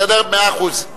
בסדר, מאה אחוז.